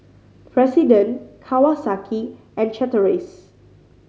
President Kawasaki and Chateraise